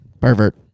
Pervert